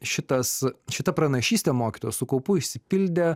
šitas šita pranašystė mokytojos su kaupu išsipildė